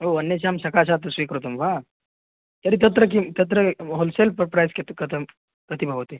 ओ अन्येषां सकाशात् स्वीकृतं वा तर्हि तत्र किं तत्र होल्सेल् प्र प्रेस् कियत् कथं कियत् भवति